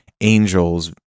angels